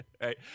Right